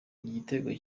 igitego